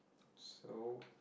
so